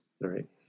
Right